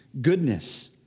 goodness